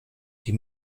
die